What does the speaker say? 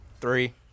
three